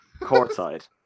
courtside